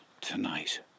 tonight